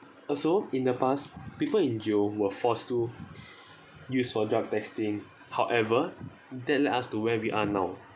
also in the past people in jail were forced to use for drug testing however that led us to where we are now